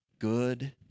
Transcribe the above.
good